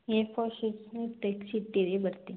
A four ಶೀಟ್ಸನ್ನು ತೆಗೆಸಿಟ್ಟಿರಿ ಬರ್ತೀನಿ